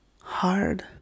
hard